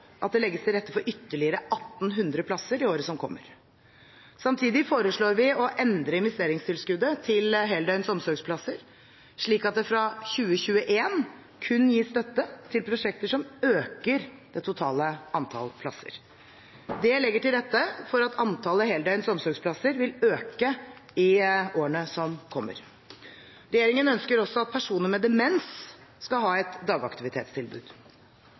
at det legges til rette for ytterligere 1 800 plasser i året som kommer. Samtidig foreslår vi å endre investeringstilskuddet til heldøgns omsorgsplasser, slik at det fra 2021 kun gis støtte til prosjekter som øker det totale antallet plasser. Det legger til rette for at antallet heldøgns omsorgsplasser vil øke i årene som kommer. Regjeringen ønsker også at personer med demens skal ha et dagaktivitetstilbud.